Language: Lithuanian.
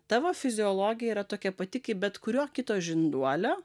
tavo fiziologija yra tokia pati kaip bet kurio kito žinduolio